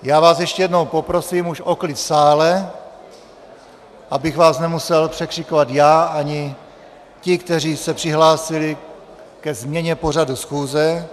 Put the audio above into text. Já vás ještě jednou poprosím už o klid v sále, abych vás nemusel překřikovat já ani ti, kteří se přihlásili ke změně pořadu schůze.